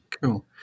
Cool